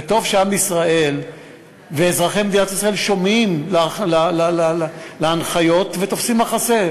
וטוב שעם ישראל ואזרחי מדינת ישראל שומעים להנחיות ותופסים מחסה.